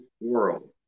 world